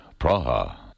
Praha